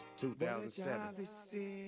2007